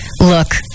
look